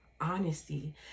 honesty